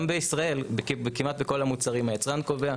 גם בישראל כמעט בכל המוצרים היצרן קובע.